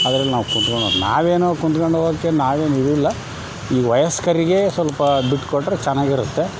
ಅದ್ರಲ್ಲಿ ನಾವು ಕುತ್ಕೊಂಡು ಹೋಗಿ ನಾವೇನೋ ಕುಂತ್ಕೊಂಡು ಹೋಗೋಕೆ ನಾವೇನು ಇದಿಲ್ಲಾ ಈ ವಯಸ್ಕರಿಗೆ ಸ್ವಲ್ಪ ಬಿಟ್ಕೊಟ್ಟರೆ ಚೆನ್ನಾಗಿರುತ್ತೆ